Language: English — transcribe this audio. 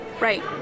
Right